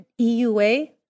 EUA